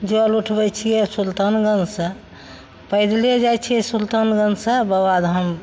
जल उठबय छियै सुल्तानगंजसँ पैदले जाइ छियै सुल्तानगंजसँ बाबाधाम